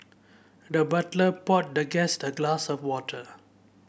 the butler poured the guest a glass of water